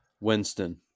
Winston